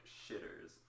shitters